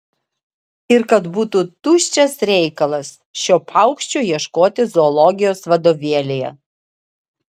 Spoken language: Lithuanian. ir kad būtų tuščias reikalas šio paukščio ieškoti zoologijos vadovėlyje